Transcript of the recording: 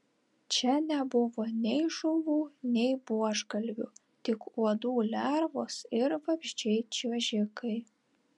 čia nebuvo nei žuvų nei buožgalvių tik uodų lervos ir vabzdžiai čiuožikai